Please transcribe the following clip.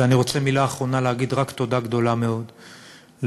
ואני רוצה במילה אחרונה להגיד רק תודה גדולה מאוד לארגונים,